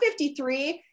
53